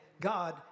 God